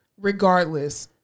regardless